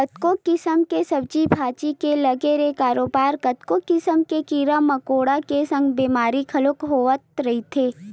कतको किसम के सब्जी भाजी के लगे ले बरोबर कतको किसम के कीरा मकोरा के संग बेमारी घलो होवत रहिथे